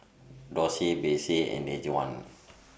Dorsey Besse and Dejuan